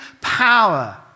power